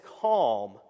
calm